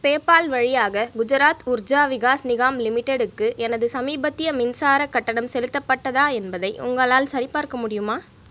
PayPal வழியாக குஜராத் உர்ஜா விகாஸ் நிகாம் லிமிட்டெடுக்கு எனது சமீபத்திய மின்சாரக் கட்டணம் செலுத்தப்பட்டதா என்பதை உங்களால் சரிபார்க்க முடியுமா